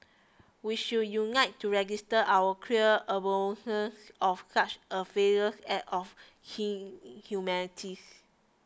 we should unite to register our clear abhorrence of such a faithless act of inhumanities